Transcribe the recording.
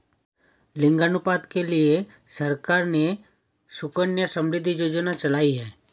लिंगानुपात के लिए सरकार ने सुकन्या समृद्धि योजना चलाई है